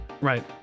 Right